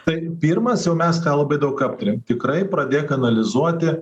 tai pirmas jau mes labai daug aptarėm tikrai pradėk analizuoti